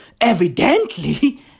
evidently